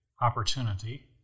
opportunity